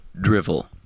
drivel